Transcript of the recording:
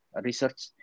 research